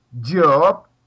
job